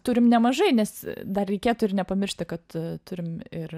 turim nemažai nes dar reikėtų ir nepamiršti kad turim ir